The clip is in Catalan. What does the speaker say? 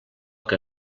que